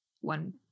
one